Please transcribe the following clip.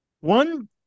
One